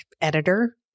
editor